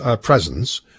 presence